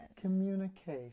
Communication